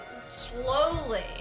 slowly